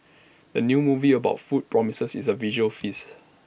the new movie about food promises A visual feast